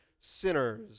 sinners